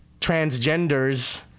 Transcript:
transgenders